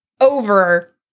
over